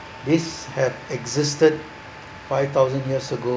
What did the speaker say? this have existed five thousand years ago